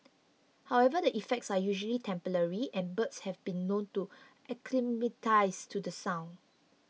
however the effects are usually temporary and birds have been known to acclimatise to the sound